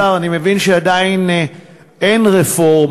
אדוני השר, אני מבין שעדיין אין רפורמה.